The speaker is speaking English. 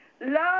Love